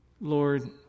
Lord